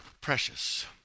precious